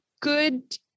good